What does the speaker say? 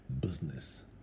business